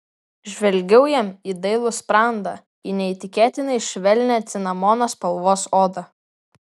žvelgiau jam į dailų sprandą į neįtikėtinai švelnią cinamono spalvos odą